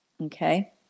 Okay